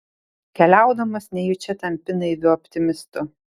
keliaudamas nejučia tampi naiviu optimistu